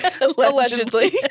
Allegedly